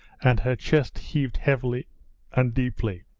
and her chest heaved heavily and deeply.